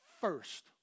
first